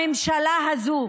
הממשלה הזו,